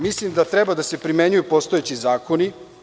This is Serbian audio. Mislim da treba da se primenjuju postojeći zakoni.